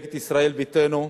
מפלגת ישראל ביתנו,